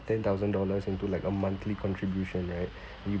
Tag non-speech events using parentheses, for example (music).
ten thousand dollars into like a monthly contribution right (breath) you